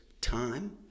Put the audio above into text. time